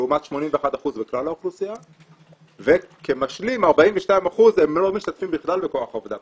לעומת 81% בכלל האוכלוסייה וכמשלים 42% הם לא משתתפים בכלל בכוח העבודה,